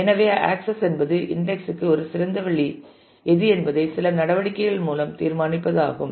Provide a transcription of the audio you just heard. எனவே ஆக்சஸ் என்பது இன்டெக்ஸ் க்கு ஒரு சிறந்த வழி எது என்பதை சில நடவடிக்கைகள் மூலம் தீர்மானிப்பதாகும்